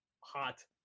hot